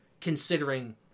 Considering